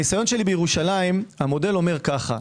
הניסיון שלי בירושלים, המודל אומר כך: